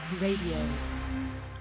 Radio